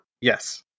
Yes